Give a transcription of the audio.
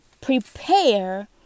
prepare